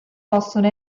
possono